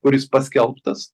kuris paskelbtas